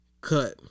cut